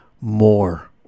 more